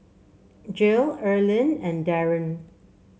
Jill Erlene and Daron